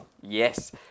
Yes